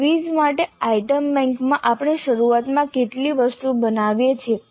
quiz માટે item બેંકમાં આપણે શરૂઆતમાં કેટલી વસ્તુઓ બનાવીએ છીએ